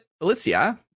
Alicia